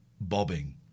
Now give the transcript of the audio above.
bobbing